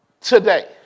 today